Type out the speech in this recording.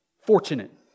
Fortunate